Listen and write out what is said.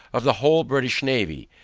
of the whole british navy,